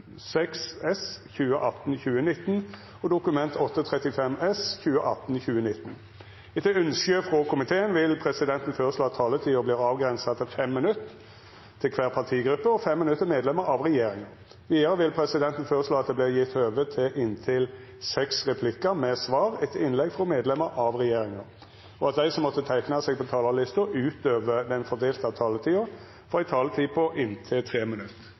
seks replikkar med svar etter innlegg frå medlemer av regjeringa, og at dei som måtte teikna seg på talarlista utover den fordelte taletida, får ei taletid på inntil 3 minutt.